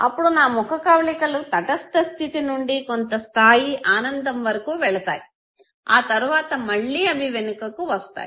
అప్పుడు నా ముఖకవళికలు తటస్థ స్థితి నుండి కొంత స్థాయి ఆనందం వరకు వెళ తాయి ఆ తరువాత మళ్ళీ అవి వెనుకకి వస్తాయి